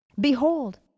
Behold